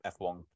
F1